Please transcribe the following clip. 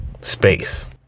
space